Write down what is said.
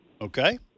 Okay